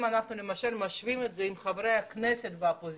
אם אנחנו משווים את זה לחברי הכנסת באופוזיציה.